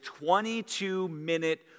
22-minute